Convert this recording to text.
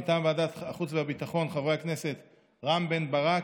מטעם ועדת החוץ והביטחון: חברי הכנסת רם בן ברק,